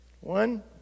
One